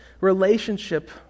relationship